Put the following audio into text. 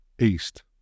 east